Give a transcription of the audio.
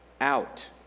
out